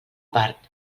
part